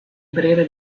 brera